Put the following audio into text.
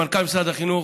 למנכ"ל משרד החינוך,